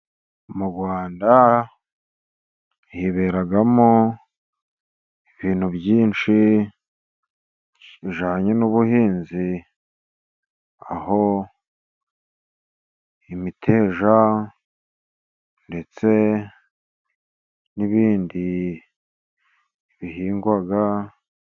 Mu Rwanda hiberamo ibintu byinshi bijyanye n'ubuhinzi aho imiteja ndetse n'ibindi bihingwa.